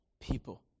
people